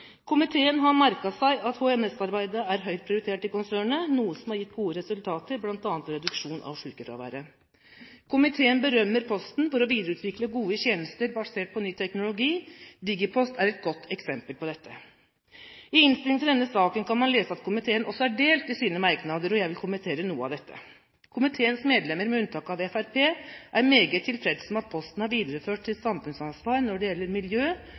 Komiteen har merket seg at HMS-arbeidet er høyt prioritert i konsernet, noe som har gitt gode resultater, bl.a. reduksjon i sykefraværet. Komiteen berømmer Posten for å videreutvikle gode tjenester basert på ny teknologi. Digipost er et godt eksempel på dette. I innstillingen til denne saken kan man lese at komiteen også er delt i sine merknader, og jeg vil kommentere noe av dette. Komiteens medlemmer, med unntak av Fremskrittspartiet, er meget tilfreds med at Posten har videreført sitt samfunnsansvar når det gjelder miljø,